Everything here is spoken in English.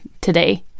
today